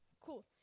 Cool